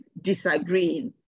disagreeing